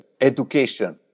education